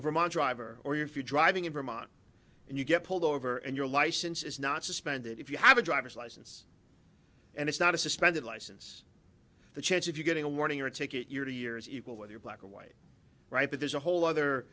man driver or you're a few driving in vermont and you get pulled over and your license is not suspended if you have a driver's license and it's not a suspended license the chance of you getting a warning or take it year to year is equal whether you're black or white right but there's a whole other